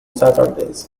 saturdays